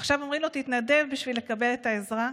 עכשיו אומרים לו: תתנדב בשביל לקבל את העזרה.